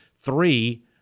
Three